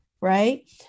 right